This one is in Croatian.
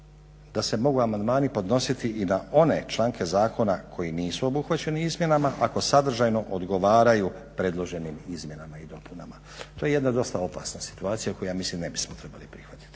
da se mogu amandmani podnositi i na one članke zakona koji nisu obuhvaćeni izmjenama ako sadržajno odgovaraju predloženim izmjenama i dopunama. To je jedna dosta opasna situacija koju ja mislim ne bismo trebali prihvatiti.